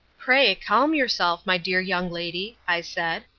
pray, calm yourself, my dear young lady i said,